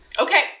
Okay